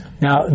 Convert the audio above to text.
Now